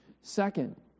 Second